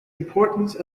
importance